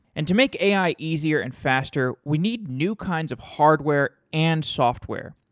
and to make ai easier and faster, we need new kinds of hardware and software,